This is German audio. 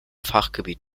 fachgebiet